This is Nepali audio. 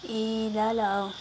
ए ल ल